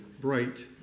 Bright